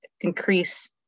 increase